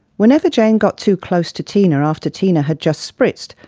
whenever jane got too close to tina after tina had just spritzed,